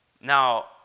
Now